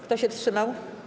Kto się wstrzymał?